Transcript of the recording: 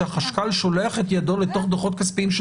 שהחשב הכללי שולח את ידו לתוך דוחות כספיים של